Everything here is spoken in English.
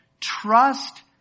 Trust